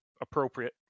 appropriate